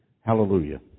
Hallelujah